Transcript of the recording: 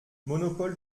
monopole